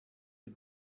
you